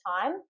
time